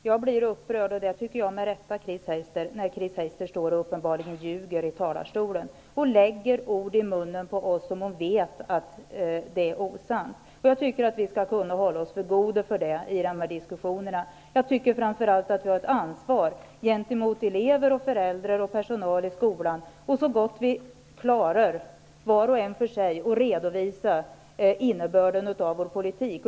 Herr talman! Jag blir upprörd, med rätta, när Chris Heister uppenbarligen står och ljuger i talarstolen. Hon lägger ord i munnen på oss som hon vet är osanna. Jag tycker att vi skall kunna hålla oss för goda för det i dessa diskussioner. Jag tycker framför allt att vi har ett ansvar gentemot elever, föräldrar och personal i skolan att så gott vi kan, var och en för sig, redovisa innebörden av vår politik.